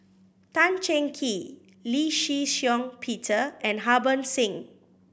Tan Cheng Kee Lee Shih Shiong Peter and Harbans Singh